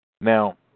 Now